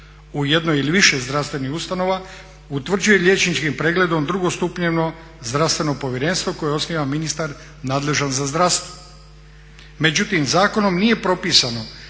u jednoj ili više zdravstvenih ustanova utvrđuje liječničkim pregledom drugostupanjsko zdravstveno povjerenstvo koje osniva ministar nadležan za zdravstvo. Međutim, zakonom nije propisano